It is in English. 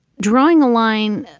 drawing a line.